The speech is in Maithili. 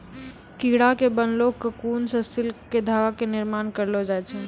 कीड़ा के बनैलो ककून सॅ सिल्क के धागा के निर्माण करलो जाय छै